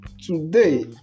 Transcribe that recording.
today